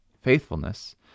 faithfulness